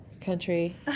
country